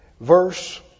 verse